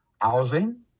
housing